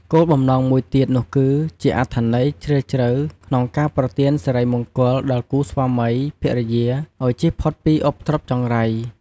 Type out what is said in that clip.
គោលបំណងមួយទៀតនោះគឺជាអត្ថន័យជ្រាលជ្រៅក្នុងការប្រទានសិរីមង្គលដល់គូស្វាមីភរិយាឲ្យចៀសផុតពីឧបទ្រពចង្រៃ។